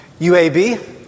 UAB